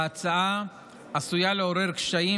ההצעה עשויה לעורר קשיים,